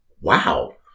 Wow